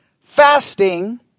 fasting